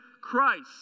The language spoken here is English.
Christ